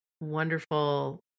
wonderful